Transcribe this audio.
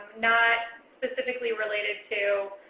not specifically related to